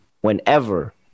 whenever